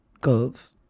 curve